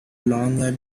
longer